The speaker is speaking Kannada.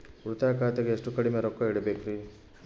ಉಳಿತಾಯ ಖಾತೆಗೆ ಎಷ್ಟು ಕಡಿಮೆ ರೊಕ್ಕ ಇಡಬೇಕರಿ?